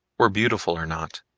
were beautiful or not.